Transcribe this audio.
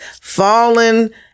fallen